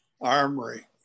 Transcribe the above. armory